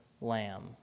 lamb